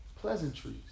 pleasantries